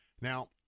Now